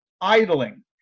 idling